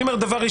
הדיון פה